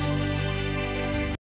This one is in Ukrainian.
Дякую